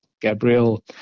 Gabriel